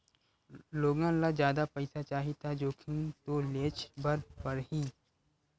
लोगन ल जादा पइसा चाही त जोखिम तो लेयेच बर परही